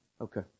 Okay